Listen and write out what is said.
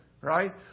right